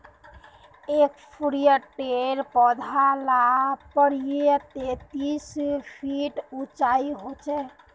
एगफ्रूटेर पौधा ला प्रायः तेतीस फीट उंचा होचे